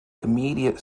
immediate